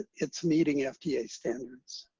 it's meeting yeah fda standards.